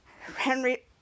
Henry